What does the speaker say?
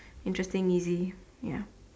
interesting easy ya